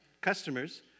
customers